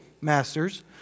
masters